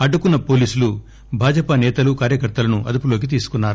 అడ్డుకున్స పోలీసులు భాజపా సేతలు కార్యకర్తలను అదుపులోకి తీసుకున్నారు